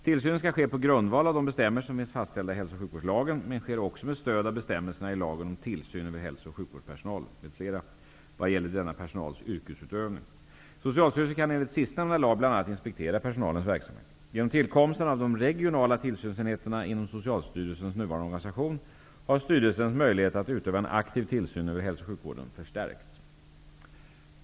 Tillsynen skall ske på grundval av de bestämmelser som finns fastställda i hälso och sjukvårdslagen men sker också med stöd av bestämmelserna i lagen om tillsyn över hälso och sjukvårdspersonalen m.fl. vad gäller denna personals yrkesutövning. Socialstyrelsen kan enligt sistnämnda lag bl.a. inspektera personalens verksamhet. Genom tillkomsten av de regionala tillsynsenheterna inom Socialstyrelsens nuvarande organisation har styrelsens möjligheter att utöva en aktiv tillsyn över hälso och sjukvården förstärkts.